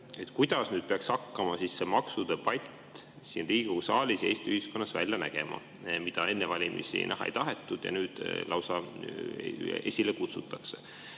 Kuidas peaks hakkama see maksudebatt siin Riigikogu saalis, Eesti ühiskonnas välja nägema, mida enne valimisi näha ei tahetud ja nüüd lausa esile kutsutakse?